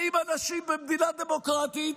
באים אנשים במדינה דמוקרטית